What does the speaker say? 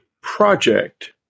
project